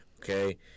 Okay